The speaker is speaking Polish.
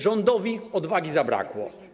Rządowi odwagi zabrakło.